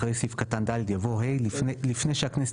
אחרי סעיף קטן (ד) יבוא: "(ה) לפני שהכנסת